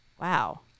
wow